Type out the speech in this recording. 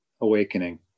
awakening